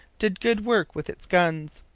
did good work with its guns.